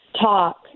talk